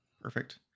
Perfect